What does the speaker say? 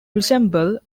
resemble